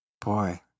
boy